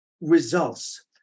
results